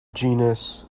genus